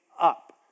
up